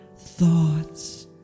thoughts